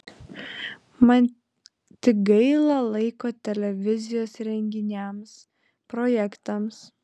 man tik gaila laiko televizijos renginiams projektams